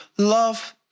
Love